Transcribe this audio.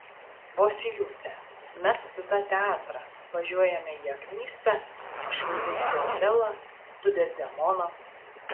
vosyliūte mesk tu tą teatrą važiuojame į aknystą aš vaidinsiu otelą tu dezdemoną